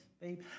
babe